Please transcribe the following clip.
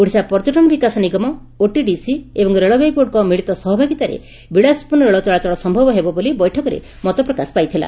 ଓଡ଼ିଶା ପର୍ଯ୍ୟଟନ ବିକାଶ ନିଗମ ଓଟିଡିସି ଏବଂ ରେଳବାଇ ବୋର୍ଡଙ୍କ ମିଳିତ ସହଭାଗିତାରେ ବିଳାସପର୍ଶ୍ଷ ରେଳ ଚଳାଚଳ ସୟବ ହେବ ବୋଲି ବୈଠକରେ ମତପ୍ରକାଶ ପାଇଥିଲା